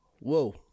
Whoa